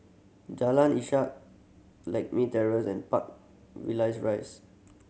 Jalan Ishak Lakme Terrace and Park Villas Rise